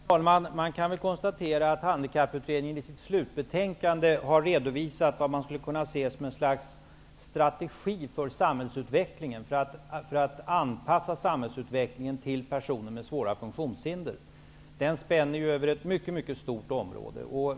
Herr talman! Man kan väl konstatera att Handikapputredningen i sitt slutbetänkande har redovisat vad som skulle kunna ses som ett slags strategi för samhällsutvecklingen när det gäller att anpassa samhällsutvecklingen till personer med svåra funktionshinder. Handikapputredningen spänner ju över ett mycket stort område.